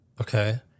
Okay